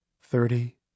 Thirty